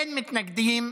אין מתנגדים.